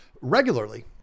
regularly